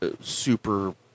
super